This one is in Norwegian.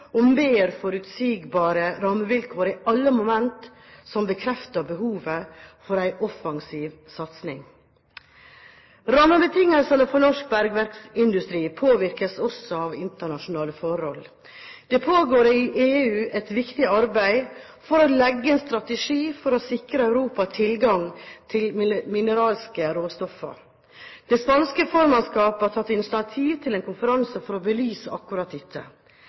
om mer forutsigbare rammevilkår, er alle momenter som bekrefter behovet for en offensiv satsing. Rammebetingelsene for norsk bergverksindustri påvirkes også av internasjonale forhold. Det pågår i EU et viktig arbeid for å legge en strategi for å sikre Europa tilgang til mineralske råstoffer. Det spanske formannskapet har tatt initiativ til en konferanse for å belyse akkurat dette.